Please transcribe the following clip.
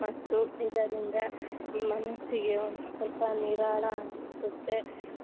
ಮತ್ತು ಇದರಿಂದ ಮನಸ್ಸಿಗೆ ಒಂದು ಸ್ವಲ್ಪ ನಿರಾಳ ಅನ್ಸುತ್ತೆ